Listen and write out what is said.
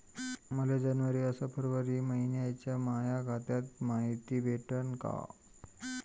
मले जनवरी अस फरवरी मइन्याची माया खात्याची मायती भेटन का?